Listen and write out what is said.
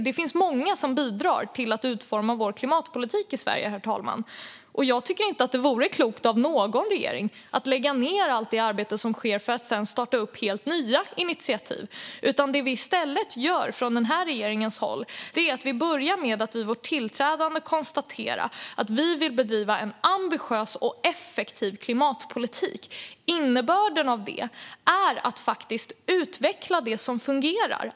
Det är många som bidrar till att utforma vår klimatpolitik i Sverige. Jag tycker inte att det vore klokt av någon regering att lägga ned allt det som har gjorts för att sedan starta med helt nya initiativ. Det vi i stället har gjort från den här regeringens sida är att vi vid vårt tillträde började med att konstatera att vi vill bedriva en ambitiös och effektiv klimatpolitik. Innebörden av det är att faktiskt utveckla det som fungerar.